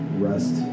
rest